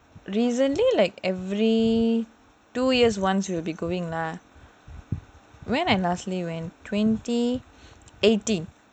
recently like every two years once you will be going lah when I last went I went twenty eighteen